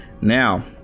Now